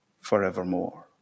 forevermore